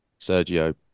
Sergio